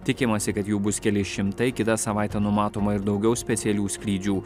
tikimasi kad jų bus keli šimtai kitą savaitę numatoma ir daugiau specialių skrydžių